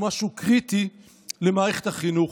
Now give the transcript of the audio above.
הוא משהו קריטי למערכת החינוך.